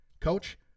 Coach